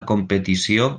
competició